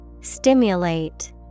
Stimulate